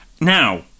Now